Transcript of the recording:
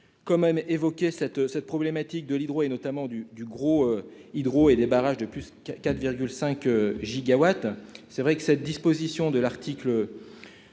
même évoqué cette cette problématique de l'hydro-et notamment du du gros Hydro-et des barrages de plus qu'4 5 gigawatts c'est vrai que cette disposition de l'article